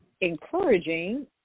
encouraging